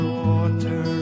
water